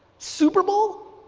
super bowl,